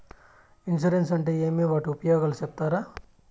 Insurance అంటే ఏమి? వాటి ఉపయోగాలు సెప్తారా?